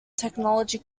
technology